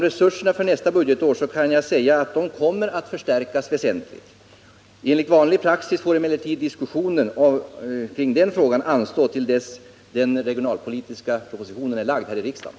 Resurserna för nästa budgetår kommer att förstärkas väsentligt. Enligt vanlig praxis får emellertid diskussionen om den frågan anstå tills den regionalpolitiska propositionen har framlagts för riksdagen.